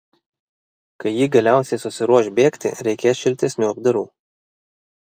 kai ji galiausiai susiruoš bėgti reikės šiltesnių apdarų